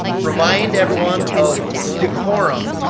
remind everyone of decorum.